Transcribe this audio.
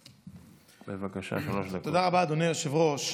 רבה, אדוני היושב-ראש.